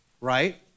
right